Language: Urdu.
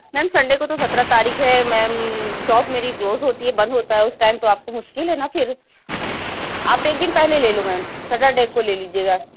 میم سنڈے کو تو سترہ تاریخ ہے میم شاپ میری کلوز ہوتی ہے بند ہوتا ہے اُس ٹائم تو آپ کو مشکل ہے نا پھر آپ ایک دِن پہلے لے لو میم سٹرڈے کو لے لیجیے گا